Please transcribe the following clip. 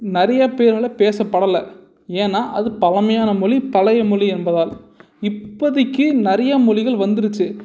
நிறைய பேரால் பேசப்படலை ஏன்னா அது பழமையான மொழி பழைய மொழி என்பதால் இப்போதிக்கு நிறையா மொழிகள் வந்துடுச்சி